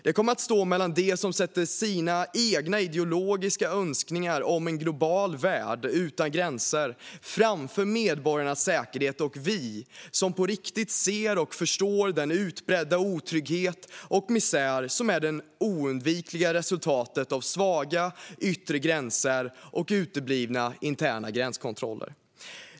Det kommer att stå mellan dem som sätter sina egna ideologiska önskningar om en global värld utan gränser framför medborgarnas säkerhet och oss som på riktigt ser och förstår den utbredda otrygghet och misär som är det oundvikliga resultatet av svaga yttre gränser och uteblivna interna gränskontroller.